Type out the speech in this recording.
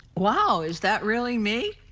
wow, is that really me?